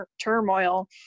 turmoil